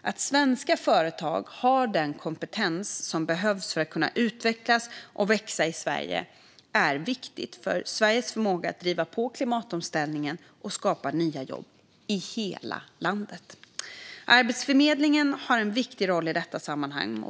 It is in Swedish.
Att svenska företag har tillgång till den kompetens som behövs för att kunna utvecklas och växa i Sverige är viktigt för Sveriges förmåga att driva på klimatomställningen och skapa nya jobb i hela landet. Arbetsförmedlingen har en viktig roll i detta sammanhang.